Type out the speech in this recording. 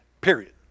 Period